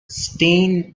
stein